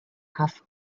half